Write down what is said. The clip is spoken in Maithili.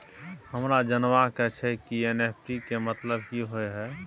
हमरा जनबा के छै की एन.ई.एफ.टी के मतलब की होए है?